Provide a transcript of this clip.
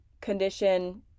condition